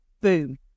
Boom